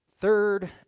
third